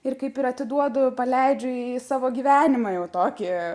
ir kaip ir atiduodu paleidžiu į savo gyvenimą jau tokį